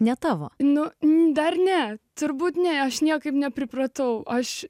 ne tavo nu dar ne turbūt ne aš niekaip nepripratau aš